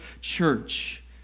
Church